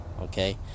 okay